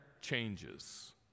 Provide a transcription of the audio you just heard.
changes